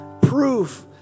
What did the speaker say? proof